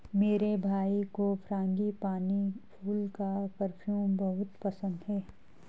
मेरे भाई को फ्रांगीपानी फूल का परफ्यूम बहुत पसंद है